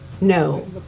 No